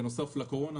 בנוסף לקורונה